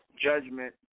Judgment